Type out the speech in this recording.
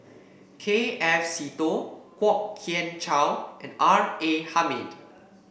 K F Seetoh Kwok Kian Chow and R A Hamid